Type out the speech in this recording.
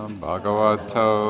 Bhagavato